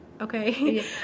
Okay